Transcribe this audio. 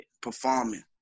performing